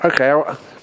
Okay